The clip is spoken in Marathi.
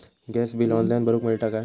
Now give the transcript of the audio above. गॅस बिल ऑनलाइन भरुक मिळता काय?